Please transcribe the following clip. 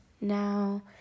Now